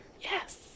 Yes